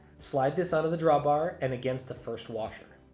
slide this out of the drawbar and against the first washer.